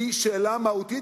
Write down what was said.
היא שאלה מהותית,